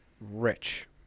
rich